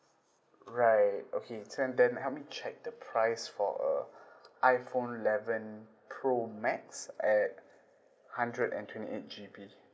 right okay the help me check the price for uh iphone eleven pro max at hundred and twenty eight G_B